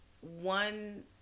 one